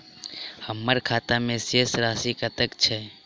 हम्मर खाता मे शेष राशि कतेक छैय?